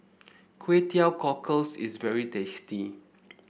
Kway Teow Cockles is very tasty